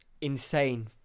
insane